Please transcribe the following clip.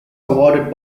awarded